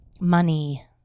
Money